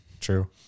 True